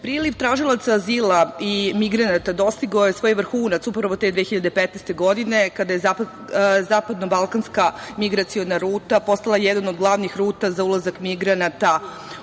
tražilaca azila i migranata dostigao je svoj vrhunac, upravo te 2015. godine kada je zapadno-balkanska migraciona ruta postala jedan od glavnih ruta za ulazak migranata